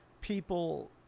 people